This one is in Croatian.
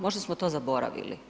Možda smo to zaboravili?